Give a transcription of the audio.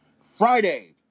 Friday